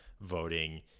voting